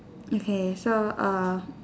okay so err